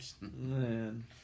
Man